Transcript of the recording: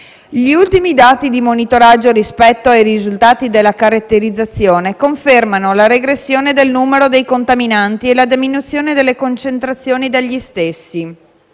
Gli ultimi dati di monitoraggio, rispetto ai risultati della caratterizzazione, confermano la regressione del numero dei contaminanti e la diminuzione delle concentrazioni degli stessi.